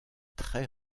très